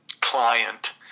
client